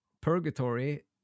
purgatory